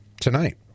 tonight